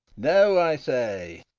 no, i say.